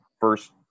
first